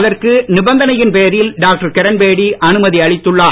அதற்கு நிபந்தனையின் பேரில் டாக்டர் கிரண்பேடி அனுமதி அளித்துள்ளார்